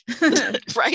right